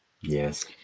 Yes